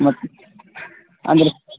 ಮತ್ತೆ ಅಂದರೆ